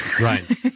right